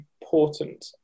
important